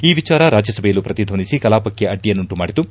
ಈ ವಿಚಾರ ರಾಜ್ಯಸಭೆಯಲ್ಲೂ ಪ್ರತಿಧ್ವನಿಸಿ ಕಲಾಪಕ್ಕೆ ಅಡ್ಡಿಯನ್ನುಂಟುಮಾಡಿತು